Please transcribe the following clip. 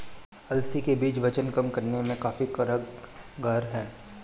अलसी के बीज वजन कम करने में काफी कारगर है